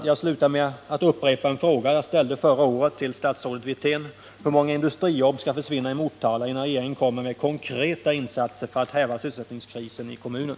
Jag slutar med att upprepa en fråga som jag ställde förra året till statsrådet Wirtén: Hur många industrijobb skall försvinna i Motala innan regeringen kommer med konkreta insatser för att häva sysselsättningskrisen i kommunen?